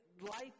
life